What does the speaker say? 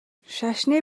шашны